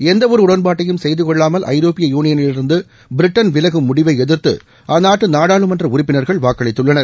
எந்தவொரு உடன்பாட்டையும் செய்து கொள்ளாமல் ஐரோப்பிய யூனியனிலிருந்து பிரிட்டன் விலகும் முடிவை எதிர்த்து அந்நாட்டு நாடாளுமன்ற உறுப்பினர்கள் வாக்களித்துள்ளனர்